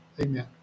amen